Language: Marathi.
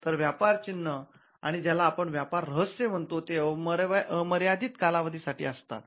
तरव्यापार चिन्ह आणि ज्याला आपण व्यापार रहस्य म्हणतो ते अमर्यादित कालावधीसाठी असतात